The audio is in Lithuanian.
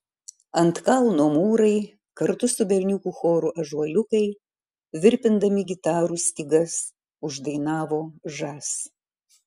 ant kalno mūrai kartu su berniukų choru ąžuoliukai virpindami gitarų stygas uždainavo žas